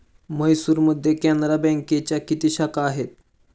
म्हैसूरमध्ये कॅनरा बँकेच्या किती शाखा आहेत?